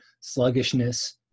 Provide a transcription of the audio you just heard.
sluggishness